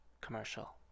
commercial